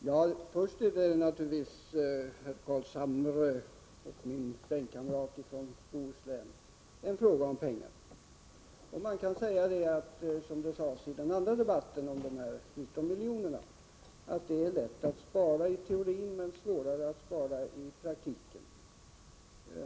Herr talman! Jag skall replikera mina två meddebattörer. Först till Nils Carlshamre, min bänkkamrat från Bohuslän. Det här är en fråga om pengar. Som det sades i den andra debatten om de 19 miljonerna är det lätt att spara i teorin men svårare att spara i praktiken.